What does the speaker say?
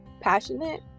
passionate